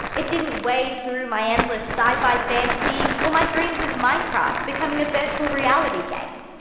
it didn't wade through my endless sci-fi fantasies or my dreams of minecraft becoming a virtual reality game.